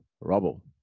Rubble